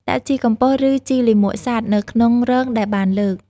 ដាក់ ជីកំប៉ុស្ត ឬ ជីលាមកសត្វ ទៅក្នុងរងដែលបានលើក។